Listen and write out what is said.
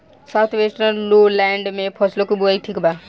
South western lowland में फसलों की बुवाई ठीक बा?